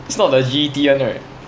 it's not the G_E_T [one] right